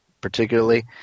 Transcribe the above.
particularly –